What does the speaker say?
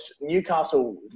Newcastle